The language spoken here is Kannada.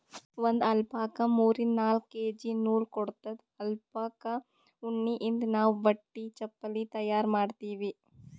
ಒಂದ್ ಅಲ್ಪಕಾ ಮೂರಿಂದ್ ನಾಕ್ ಕೆ.ಜಿ ನೂಲ್ ಕೊಡತ್ತದ್ ಅಲ್ಪಕಾ ಉಣ್ಣಿಯಿಂದ್ ನಾವ್ ಬಟ್ಟಿ ಚಪಲಿ ತಯಾರ್ ಮಾಡ್ತೀವಿ